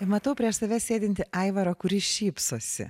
matau prieš save sėdintį aivarą kuris šypsosi